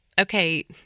Okay